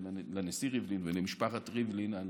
לנשיא ריבלין ולמשפחת ריבלין על